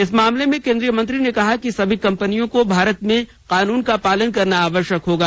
इस मामले में केंद्रीय मंत्री ने कहा कि सभी कंपनियों को भारत में कानून का पालन करना आवश्यक होगा